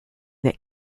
that